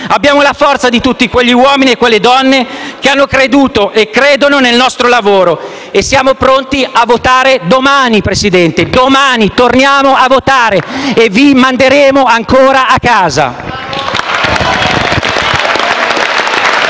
abbiamo la forza di tutti quegli uomini e quelle donne che hanno creduto e credono nel nostro lavoro e siamo pronti a votare domani. Signor Presidente, torniamo a votare domani e vi manderemo ancora a casa!